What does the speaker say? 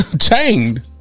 chained